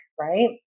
right